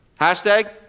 Hashtag